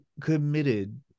committed